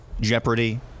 Jeopardy